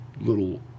little